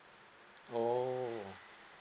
oh